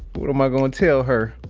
what am i gonna tell her?